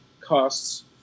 costs